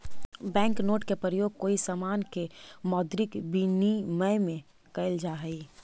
bank note के प्रयोग कोई समान के मौद्रिक विनिमय में कैल जा हई